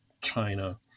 China